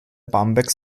barmbek